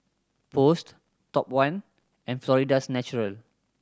Post Top One and Florida's Natural